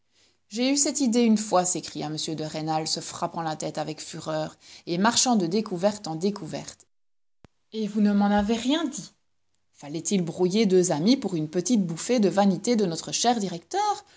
j'ai eu cette idée une fois s'écria m de rênal se frappant la tête avec fureur et marchant de découvertes en découvertes et vous ne m'en avez rien dit fallait-il brouiller deux amis pour une petite bouffée de vanité de notre cher directeur